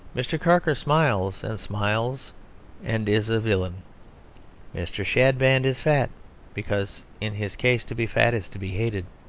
mr. carker smiles and smiles and is a villain mr. chadband is fat because in his case to be fat is to be hated.